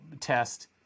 test